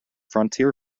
frontier